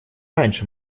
раньше